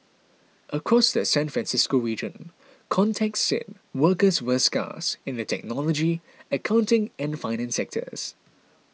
across the San Francisco region contacts said workers were scarce in the technology accounting and finance sectors